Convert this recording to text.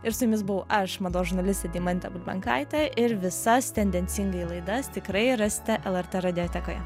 ir su jumis buvau aš mados žurnalistė deimantė bulbenkaitė ir visas tendencingai laidas tikrai rasite lrt radiotekoje